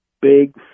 big